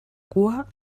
cua